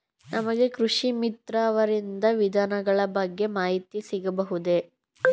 ನಮಗೆ ಕೃಷಿ ಮಿತ್ರ ಅವರಿಂದ ವಿಧಾನಗಳ ಬಗ್ಗೆ ಮಾಹಿತಿ ಸಿಗಬಹುದೇ?